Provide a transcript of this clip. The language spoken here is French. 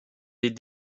des